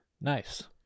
Nice